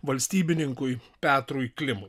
valstybininkui petrui klimui